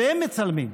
הם מצלמים.